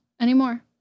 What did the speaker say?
anymore